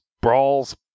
brawls